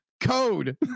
code